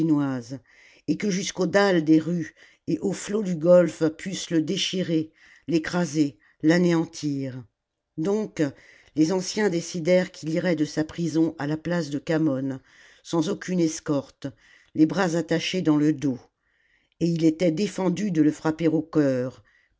et que jusqu'aux dalles des rues et aux flots du golfe pussent le déchirer l'écraser l'anéantir donc les anciens décidèrent qu'il irait de sa prison à la place de khamon sans aucune escorte les bras attachés dans le dos et il était défendu de le frapper au cœur